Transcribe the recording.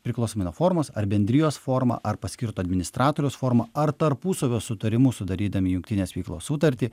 priklausomai nuo formos ar bendrijos forma ar paskirto administratoriaus forma ar tarpusavio sutarimu sudarydami jungtinės veiklos sutartį